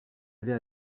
avait